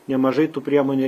nemažai tų priemonių